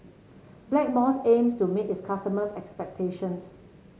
Blackmores aims to meet its customers' expectations